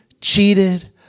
cheated